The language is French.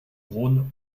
rhône